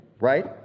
right